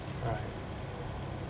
right